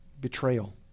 Betrayal